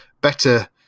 better